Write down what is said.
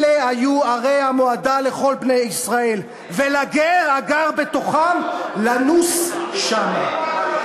"אלה היו ערי המועדה לכל בני ישראל ולגר הגר בתוכם לנוס שמה".